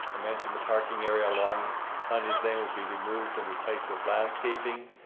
i mentioned the parking area along lundy's lane would be removed and replaced with landscaping.